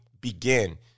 begin